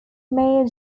mayor